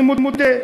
אני מודה.